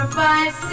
five